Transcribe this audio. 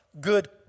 good